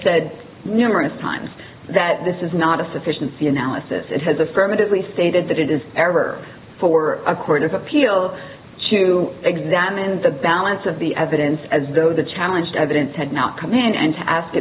said numerous times that this is not a sufficiency analysis it has affirmatively stated that it is ever for a court of appeal to examine the balance of the evidence as though the challenged evidence had not come in and ask